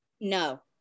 No